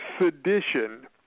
sedition